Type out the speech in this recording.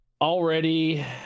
Already